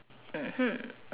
mmhmm